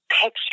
picture